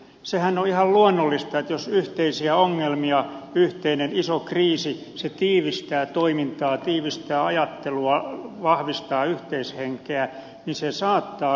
sehän on ihan luonnollista että jos on yhteisiä ongelmia yhteinen iso kriisi niin se tiivistää toimintaa tiivistää ajattelua vahvistaa yhteishenkeä isiä saattoi